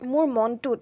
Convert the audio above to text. মোৰ মনটোত